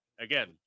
again